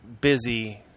busy